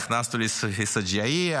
נכנסנו לשג'אעיה,